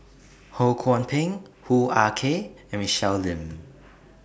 Ho Kwon Ping Hoo Ah Kay and Michelle Lim